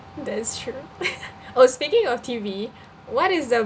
that's true oh speaking of T_V what is the